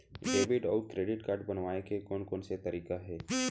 Debit अऊ credit card बनवाए के कोन कोन से तरीका हे?